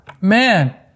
man